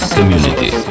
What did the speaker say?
Community